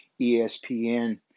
ESPN